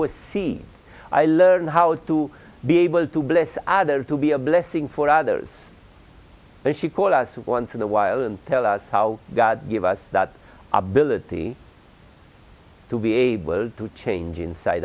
seeds i learned how to be able to bless others to be a blessing for others and she called us once in a while and tell us how god gave us that ability to be able to change inside